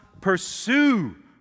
pursue